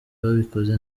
babikoze